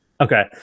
Okay